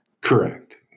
Correct